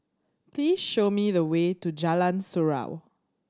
please show me the way to Jalan Surau